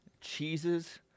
cheeses